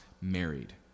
married